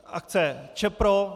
Akce Čepro.